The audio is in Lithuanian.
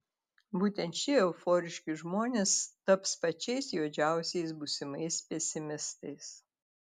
būtent šie euforiški žmonės taps pačiais juodžiausiais būsimais pesimistais